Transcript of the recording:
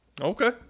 Okay